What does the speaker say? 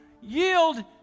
yield